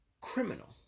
criminal